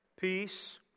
peace